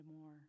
more